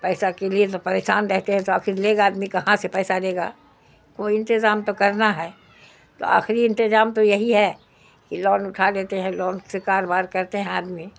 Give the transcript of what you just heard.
پیسہ کے لیے تو پریشان رہتے ہیں تو آخری لے گا آدمی کہاں سے پیسہ دے گا کوئی انتظام تو کرنا ہے تو آخری انتظام تو یہی ہے کہ لون اٹھا لیتے ہیں لون سے کاروبار کرتے ہیں آدمی